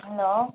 hello